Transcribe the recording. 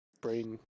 brain